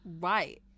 right